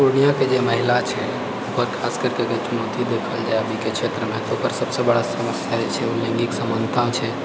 पूर्णियाके जे महिला छै ओकरा खास करिकऽ चुनौती देखल जाइ अभीके क्षेत्रमे तऽ ओकर सबसँ बड़ा समस्या जे छै ओ लैङ्गिग असमानता छै